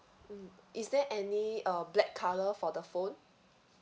mm is there any uh black colour for the phone